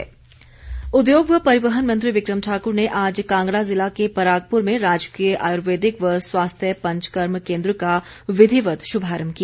विक्रम ठाकुर उद्योग व परिवहन मंत्री विक्रम ठाक्र ने आज कांगड़ा जिला के परागपुर में राजकीय आयुर्वेदिक व स्वास्थ्य पंचकर्म केन्द्र का विधिवत शुभारम्भ किया